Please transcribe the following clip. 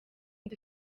nde